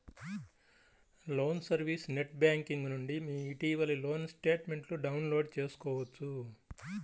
loan service net banking నుండి మీ ఇటీవలి లోన్ స్టేట్మెంట్ను డౌన్లోడ్ చేసుకోవచ్చు